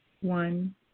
one